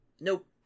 Nope